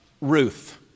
Ruth